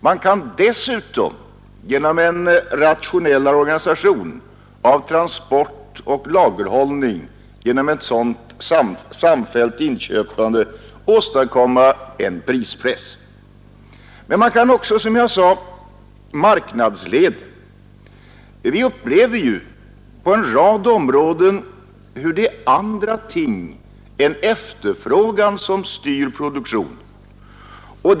Man kan dessutom genom en rationellare organisation av transport och lagerhållning och genom ett samfällt inköpande åstadkomma en prispress. Men man kan också, som jag sade, vara marknadsledare. Vi upplever ju på en rad områden hur det är andra ting än efterfrågan som styr produktionen.